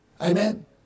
Amen